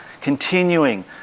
continuing